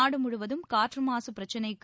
நாடு முழுவதும் காற்று மாசு பிரச்சினைக்கு